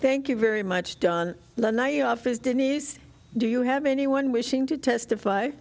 thank you very much don the night off is denise do you have anyone wishing to testify